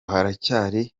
haracyari